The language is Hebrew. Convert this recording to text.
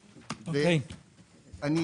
מעניין,